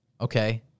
Okay